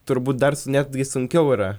turbūt dar netgi sunkiau yra